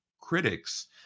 critics